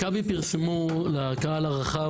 מכבי פרסמה לקהל הרחב,